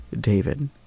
David